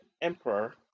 Emperor